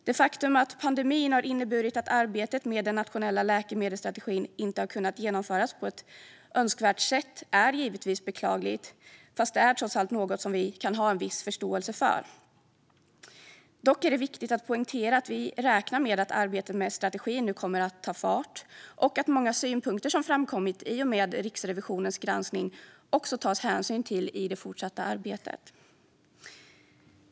Det faktum att pandemin har inneburit att arbetet med den nationella läkemedelsstrategin inte har kunnat genomföras på ett önskvärt sätt är givetvis beklagligt, men det är trots allt något som vi kan ha en viss förståelse för. Dock är det viktigt att poängtera att vi räknar med att arbetet med strategin nu kommer att ta fart och att många synpunkter som framkommit i Riksrevisionens granskning också tas hänsyn till i det fortsatta arbetet.